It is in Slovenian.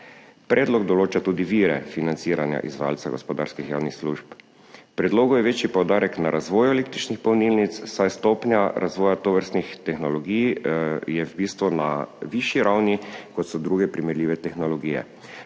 Predlog določa tudi vire financiranja izvajalcev gospodarskih javnih služb. V predlogu je večji poudarek na razvoju električnih polnilnic, saj je stopnja razvoja tovrstnih tehnologij v bistvu na višji ravni kot so druge primerljive tehnologije.